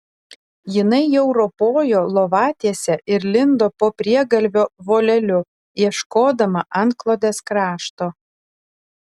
jinai jau ropojo lovatiese ir lindo po priegalvio voleliu ieškodama antklodės krašto